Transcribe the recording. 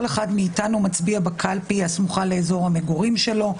כל אחד מאיתנו מצביע בקלפי הסמוכה לאזור המגורים שלו,